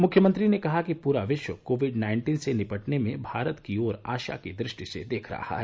मुख्यमंत्री ने कहा कि पूरा विश्व कोविड नाइन्टीन से निपटने में भारत की ओर आशा की दृष्टि से देख रहा है